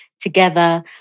together